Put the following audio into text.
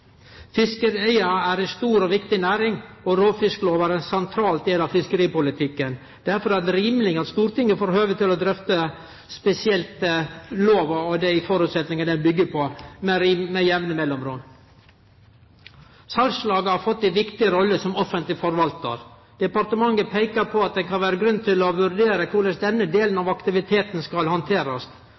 er ei stor og viktig næring, og råfisklova er ein sentral del av fiskeripolitikken. Derfor er det rimeleg at Stortinget får høve til å drøfte spesielt lova og dei føresetnadene ho byggjer på, med jamne mellomrom. Salslaga har fått ei viktig rolle som offentleg forvaltar. Departementet peikar på at det kan vere grunn til å vurdere korleis denne delen av aktiviteten skal handterast.